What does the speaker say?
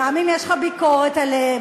גם אם יש לך ביקורת עליהם,